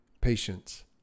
patience